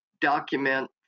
document